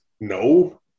No